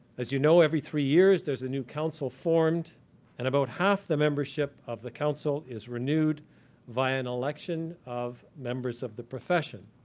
as you know, every three years there's a new council formed and about half the membership of the council is renewed via an election of members of the profession.